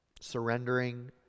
surrendering